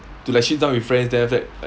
to like sit down with friends then after that